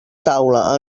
taula